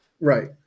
Right